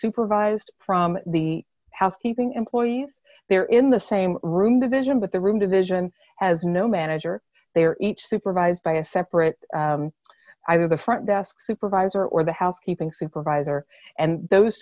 supervised from the housekeeping employees there in the same room division but the room division has no manager they are each supervised by a separate either the front desk supervisor or the housekeeping supervisor and those